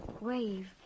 wave